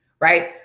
right